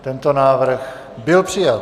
Tento návrh byl přijat.